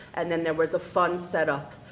and then there was a fund set up.